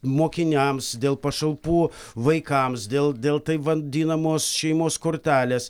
mokiniams dėl pašalpų vaikams dėl dėl taip vadinamos šeimos kortelės